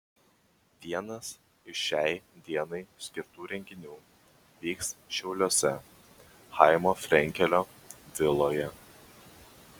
vienas iš šiai dienai skirtų renginių vyks šiauliuose chaimo frenkelio viloje